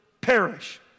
perish